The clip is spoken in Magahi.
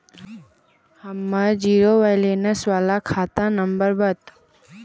हमर जिरो वैलेनश बाला खाता नम्बर बत?